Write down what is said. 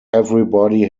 everybody